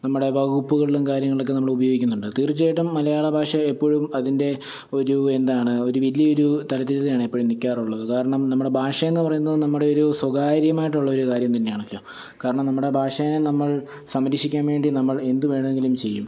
നമ്മുടെ വകുപ്പുകളിലും കാര്യങ്ങളിലുമൊക്കെ നമ്മൾ ഉപയോഗിക്കുന്നുണ്ട് തീർച്ചയായിട്ടും മലയാള ഭാഷ എപ്പോഴും അതിൻ്റെ ഒരു എന്താണ് ഒരു വലിയ ഒരു തലതിരിയാണ് എപ്പോഴും നിൽക്കാറുള്ളത് കാരണം നമ്മളെ ഭാഷയെന്ന് പറയുന്നത് നമ്മുടെ ഒരു സ്വകാര്യമായിട്ടുള്ള ഒരു കാര്യം തന്നെയാണല്ലോ കാരണം നമ്മുടെ ഭാഷയെ നമ്മൾ സംരക്ഷിക്കാൻ വേണ്ടി നമ്മൾ എന്തു വേണമെങ്കിലും ചെയ്യും